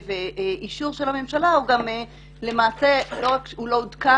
ואישור של הממשלה אלא הוא גם למעשה לא עודכן,